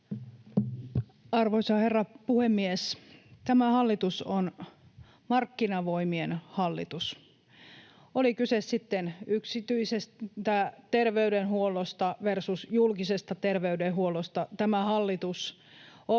Arvoisa herra puhemies! Tämä hallitus on markkinavoimien hallitus. Oli kyse sitten yksityisestä terveydenhuollosta versus julkisesta terveydenhuollosta, tämä hallitus